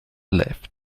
left